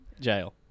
Jail